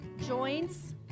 joints